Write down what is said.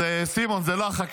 אז סימון, זה לא החקלאים.